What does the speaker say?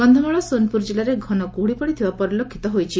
କକ୍ଷମାଳ ସୋନପୁର ଜିଲ୍ଲାରେ ଘନ କୁହୁଡି ପଡ଼ିଥିବା ପରିଲକ୍ଷିତ ହୋଇଛି